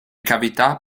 cavità